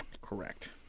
Correct